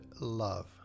love